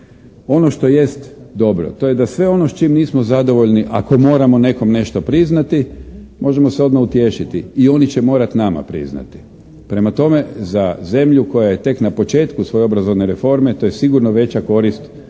Ono što jest dobro, to je da sve ono s čim nismo zadovoljni, ako moramo nekome nešto priznati, možemo se odmah utješiti. I oni će morati nama priznati. Prema tome, za zemlju koja je tek na početku svoje obrazovne reforme, to je sigurno veća korist